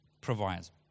provides